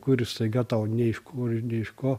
kur ir staiga tau ne iš kur ne iš ko